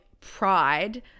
pride